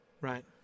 right